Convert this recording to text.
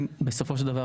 בסופו של דבר,